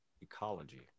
ecology